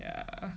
yeah